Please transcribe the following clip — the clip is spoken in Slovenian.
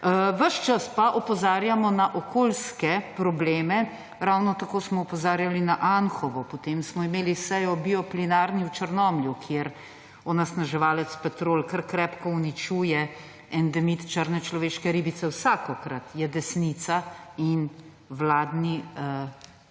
čas pa opozarjamo na okoljske probleme. Ravno tako smo opozarjali na Anhovo, potem smo imeli sejo o bioplinarni v Črnomlju, kjer onesnaževalec Petrol kar krepko uničuje endemit črne človeške ribice. Vsakokrat je desnica in vladni